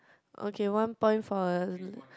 okay one point for a